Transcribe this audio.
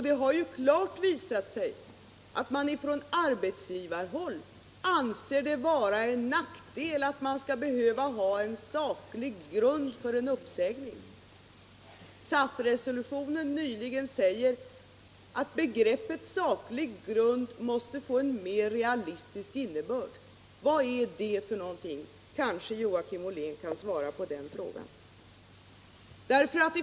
Det har ju klart visat sig att man från arbetsgivarhåll anser det vara en nackdel att man skall behöva ha en saklig grund för en uppsägning. SAF-resolutionen nyligen säger att begreppet saklig grund måste få en mer realistisk innebörd. Kanske Joakim Ollén kan svara på den frågan.